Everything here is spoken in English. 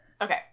Okay